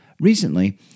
Recently